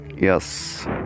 yes